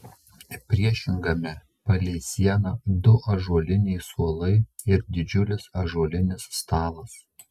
priešingame palei sieną du ąžuoliniai suolai ir didžiulis ąžuolinis stalas